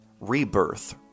rebirth